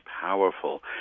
powerful